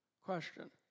Question